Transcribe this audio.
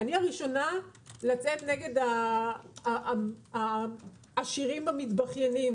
אני הראשונה לצאת נגד העשירים והמתבכיינים